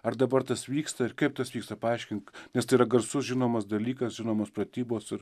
ar dabar tas vyksta ir kaip tas vyksta paaiškink nes tai yra garsus žinomas dalykas žinomos pratybos ir